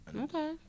Okay